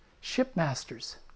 shipmasters